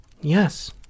Yes